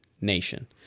nation